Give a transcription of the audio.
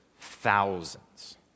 thousands